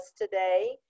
today